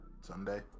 Sunday